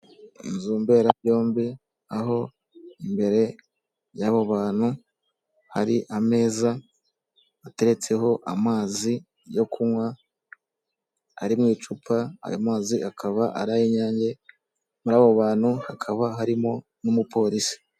Inzu mberabyombi aho imbere y'abo bantu hari ameza ateretseho amazi yo kunywa, ari mu icupa ayo mazi akaba ari ay'inyange muri abo bantu hakaba harimo n'umupolisi.